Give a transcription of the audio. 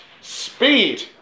Speed